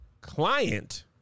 client